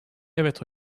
evet